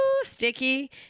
sticky